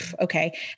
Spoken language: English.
okay